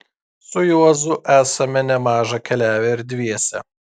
su juozu esame nemaža keliavę ir dviese